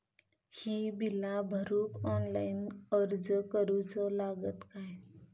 ही बीला भरूक ऑनलाइन अर्ज करूचो लागत काय?